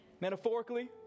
metaphorically